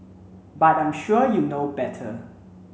but I'm sure you know better